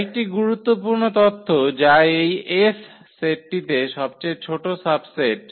আরেকটি গুরুত্বপূর্ণ তথ্য যা এই S সেটটিতে সবচেয়ে ছোট সাবসেট